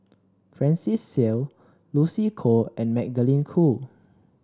Francis Seow Lucy Koh and Magdalene Khoo